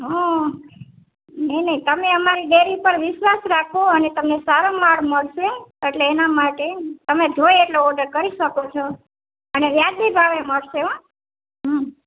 હં નહીં નહીં તમે અમારી ડેરી પર વિશ્વાસ રાખો અને તમને સારો માલ મળશે એટલે એના માટે તમે જોઈએ એટલો ઓર્ડર કરી શકો છો અને વ્યાજબી ભાવે મળશે હોં હમ